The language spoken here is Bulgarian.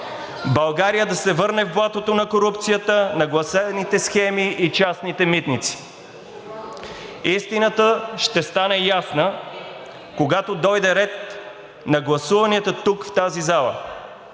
България да се върне в блатото на корупцията, нагласените схеми и частните митници?! Истината ще стане ясна, когато дойде ред на гласуванията тук, в тази зала,